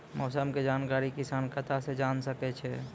मौसम के जानकारी किसान कता सं जेन सके छै?